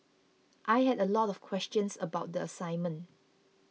I had a lot of questions about the assignment